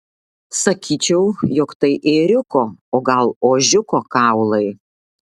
sakyčiau jog tai ėriuko o gal ožiuko kaulai